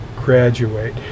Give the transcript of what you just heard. graduate